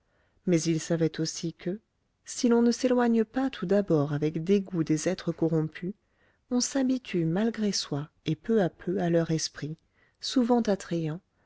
mais il savait aussi que si l'on ne s'éloigne pas tout d'abord avec dégoût des êtres corrompus on s'habitue malgré soi et peu à peu à leur esprit souvent attrayant